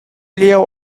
lio